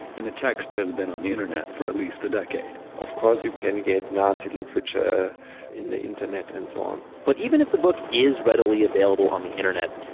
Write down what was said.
and the text has been on the internet for at least a decade of course, you can get nazi literature in the internet and so on but even if the book is readily available on the internet,